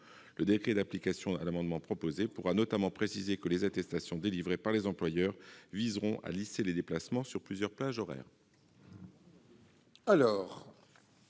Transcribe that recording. d'insérer dans le texte pourra notamment préciser que les attestations délivrées par les employeurs viseront à lisser les déplacements sur plusieurs plages horaires.